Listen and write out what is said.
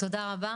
תודה רבה.